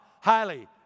highly